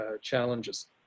challenges